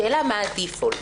השאלה היא מה ברירת המחדל.